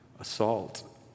Assault